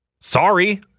Sorry